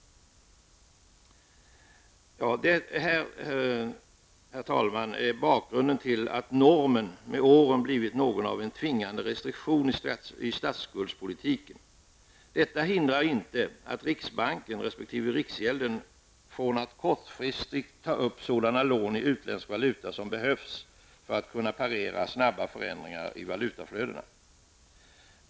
Detta, herr talman, är bakgrunden till att normen med åren blivit något av en tvingande restriktion i statsskuldspolitiken. Det hindrar inte riksbanken och riksgälden från att kortfristigt ta upp sådana lån i utländsk valuta som behövs för att parera snabba förändringar i valutaflödena.